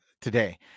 today